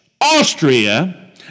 Austria